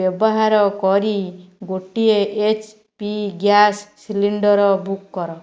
ବ୍ୟବହାର କରି ଗୋଟିଏ H P gas cylinder book କର